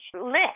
list